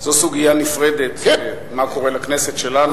זאת סוגיה נפרדת, מה קורה בכנסת שלנו.